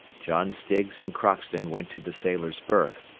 john stiggs and crockston went to the sailor's berth,